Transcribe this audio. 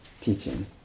teaching